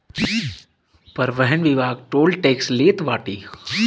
परिवहन विभाग toll tax लेत बाटे